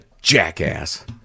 jackass